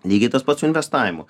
lygiai tas pats su investavimu